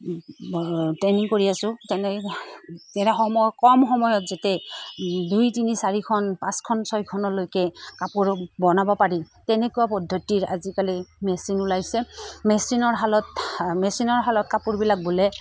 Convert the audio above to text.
training কৰি আছো তেনে সময় কম সময়ত যাতে দুই তিনি চাৰিখন পাঁচখন ছয়খনলৈকে কাপোৰ বনাব পাৰি তেনেকুৱা পদ্ধতিৰ আজিকালি মেচিন ওলাইছে মেচিনৰ শালত মেচিনৰ শালত কাপোৰবিলাক বলে